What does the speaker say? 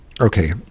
Okay